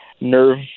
nerve